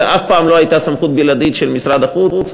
זו אף פעם לא הייתה סמכות בלעדית של משרד החוץ.